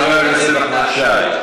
אינה נוכחת, חבר הכנסת נחמן שי,